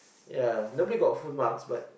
ya nobody got full marks but